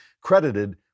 credited